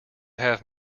have